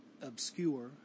obscure